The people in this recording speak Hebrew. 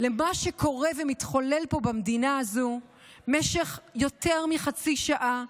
למה שקורה ומתחולל פה במדינה הזו במשך יותר מחצי שנה,